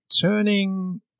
turning